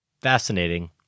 fascinating